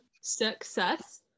Success